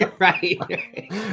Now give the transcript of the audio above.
Right